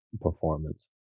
performance